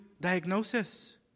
diagnosis